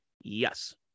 Yes